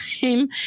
time